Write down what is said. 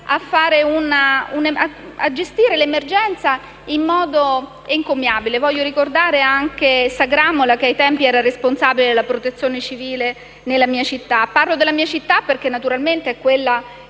a gestire l'emergenza in modo encomiabile. Voglio poi ricordare Giancarlo Sagramola, ai tempi responsabile della Protezione civile nella mia città. E parlo della mia città perché è quella che